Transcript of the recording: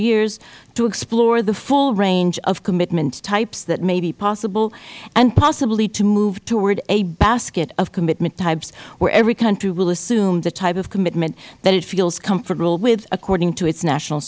years to explore the full range of commitment types that may be possible and possibly to move toward a basket of commitment types where every country will assume the type of commitment that it feels comfortable with according to its national